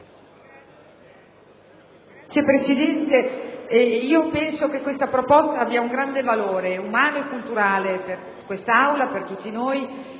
Presidente, penso che questa proposta abbia un grande valore umano e culturale per l'Aula, per tutti noi